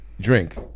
drink